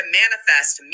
manifest